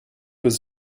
was